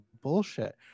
bullshit